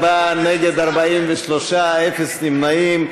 בעד, 34, נגד, 43, אפס נמנעים.